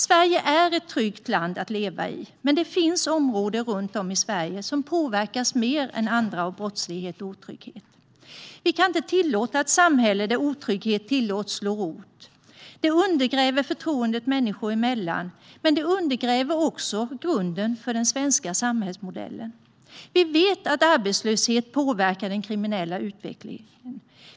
Sverige är ett tryggt land att leva i, men det finns områden runt om i Sverige som präglas mer än andra av brottslighet och otrygghet. Vi kan inte tillåta ett samhälle där otrygghet tillåts slå rot. Det undergräver förtroendet människor emellan, men det undergräver också grunden för den svenska samhällsmodellen. Vi vet att arbetslöshet påverkar den kriminella utvecklingen.